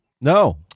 No